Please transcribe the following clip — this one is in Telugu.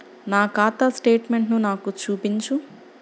నా ఖాతా స్టేట్మెంట్ను నాకు చూపించు